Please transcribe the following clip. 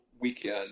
weekend